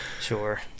Sure